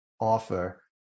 offer